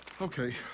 Okay